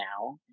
now